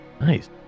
Nice